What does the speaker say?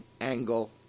Angle